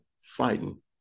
fighting